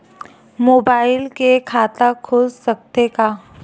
Mobile से खाता खुल सकथे का?